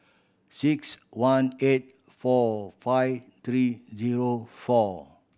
six one eight four five three zero four